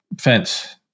fence